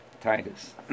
Titus